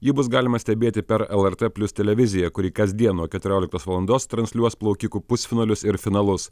jį bus galima stebėti per lrt plius televiziją kuri kasdien nuo keturioliktos valandos transliuos plaukikų pusfinalius ir finalus